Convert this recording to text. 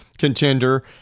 Contender